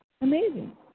amazing